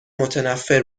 متنفر